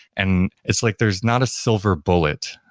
and it's like there's not a silver bullet.